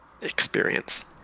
experience